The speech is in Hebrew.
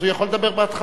אז הוא יכול לדבר בהתחלה,